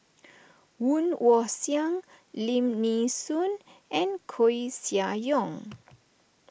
Woon Wah Siang Lim Nee Soon and Koeh Sia Yong